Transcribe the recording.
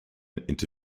into